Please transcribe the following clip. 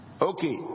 Okay